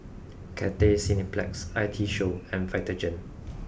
Cathay Cineplex I T Show and Vitagen